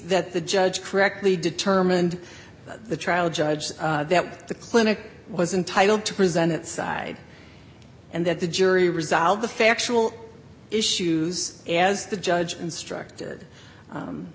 that the judge correctly determined the trial judge that the clinic was entitled to present its side and that the jury resolved the factual issues as the judge instructed